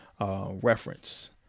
reference